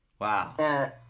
Wow